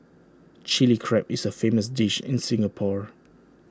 Chilli Crab is A famous dish in Singapore